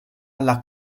alla